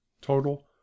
Total